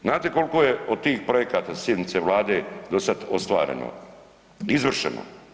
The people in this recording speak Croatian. Znate koliko je od tih projekata sjednica Vlade do sad ostvareno, izvršeno?